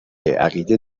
عقیده